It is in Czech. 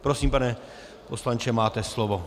Prosím, pane poslanče, máte slovo.